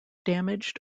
damaged